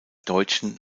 deutschen